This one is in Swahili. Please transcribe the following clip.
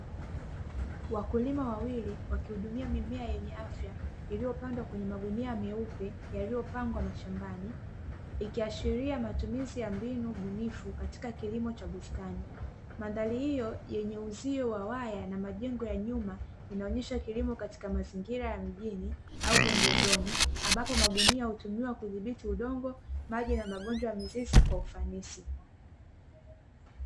Wakulima wa wili wakihudumia mimea yenye afya iliyopandwa kwenye magunia meupe, yaliyo pangwa mashambani, ikiashiria matumizi ya mbinu bunifu katika kilimo cha bustani, mandhari hio yenye uzio wa waya na majengo ya nyuma inaonyesha kilimo katika mazingira ya mjini au pembezoni ambapo magunia, hutumiwa kudhibiti udongo, maji na magonjwa ya mizizi kwa ufanishi.